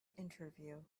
interview